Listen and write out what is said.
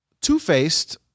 two-faced